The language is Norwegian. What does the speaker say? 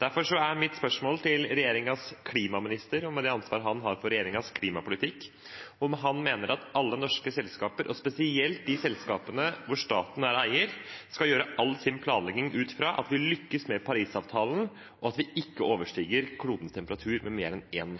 Derfor er mitt spørsmål til regjeringens klimaminister – med det ansvaret han har for regjeringens klimapolitikk – om han mener at alle norske selskaper, og spesielt de selskapene hvor staten er eier, i sin planlegging skal gjøre alt for at vi skal lykkes med Parisavtalen og ikke overstiger klodens temperatur med mer enn